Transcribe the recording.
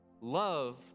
Love